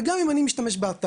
וגם אם אני משתמש באתר,